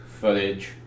footage